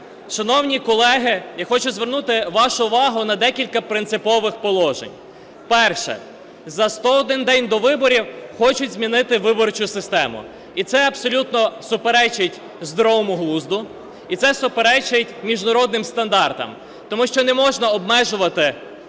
Шановні колеги, я хочу звернути вашу увагу на декілька принципових положень. Перше. За 101 день до виборів хочуть змінити виборчу систему, і це абсолютно суперечить здоровому глузду, і це суперечить міжнародним стандартам. Тому що не можна обмежувати